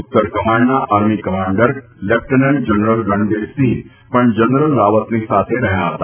ઉત્તર કમાન્ડના army commander lieutenant general Ranbir Singh પણ જનરલ રાવતની સાથે રહ્યા હતા